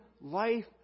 life